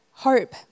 Hope